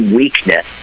weakness